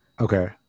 Okay